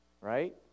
right